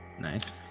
Nice